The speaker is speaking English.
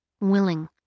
willing